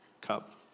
cup